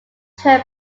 turn